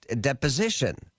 deposition